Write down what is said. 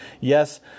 Yes